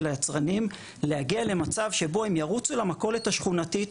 היצרנים להגיע למצב שבו הם ירוצו למכולת השכונתית,